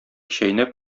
чәйнәп